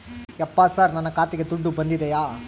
ಯಪ್ಪ ಸರ್ ನನ್ನ ಖಾತೆಗೆ ದುಡ್ಡು ಬಂದಿದೆಯ?